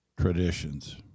traditions